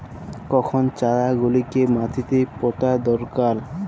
কখন চারা গুলিকে মাটিতে পোঁতা দরকার?